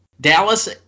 Dallas